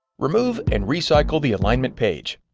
remove and recycle the alignment page.